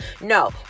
no